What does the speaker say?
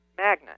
magnet